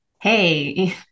hey